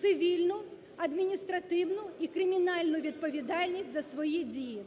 цивільну, адміністративну і кримінальну відповідальність за свої дії.